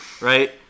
right